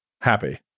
happy